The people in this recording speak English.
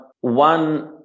one